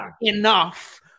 enough